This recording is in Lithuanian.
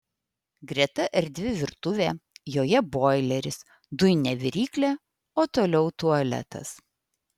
greta erdvi virtuvė joje boileris dujinė viryklė o toliau tualetas